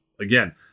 again